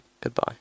Goodbye